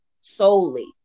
solely